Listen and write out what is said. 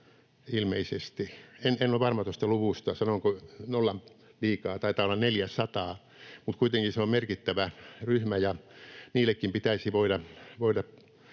ilmeisesti — en ole varma tuosta luvusta, sanoinko nollan liikaa; taitaa olla 400, mutta kuitenkin se on merkittävä ryhmä — pitäisi voida